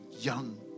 young